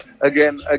Again